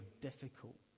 difficult